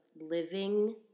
living